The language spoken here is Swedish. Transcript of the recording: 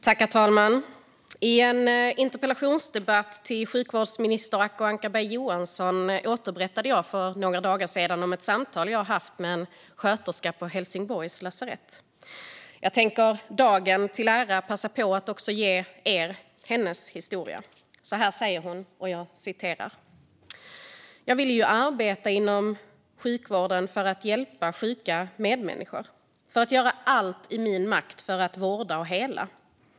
Herr talman! I en interpellationsdebatt med sjukvårdsminister Acko Ankarberg Johansson återberättade jag för några dagar sedan ett samtal jag haft med en sköterska på Helsingborgs lasarett. Jag tänker dagen till ära passa på att också ge er hennes historia. Så här säger hon: Jag ville ju arbeta inom sjukvården för att hjälpa sjuka medmänniskor, för att göra allt i min makt för att vårda och hela.